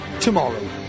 tomorrow